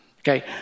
Okay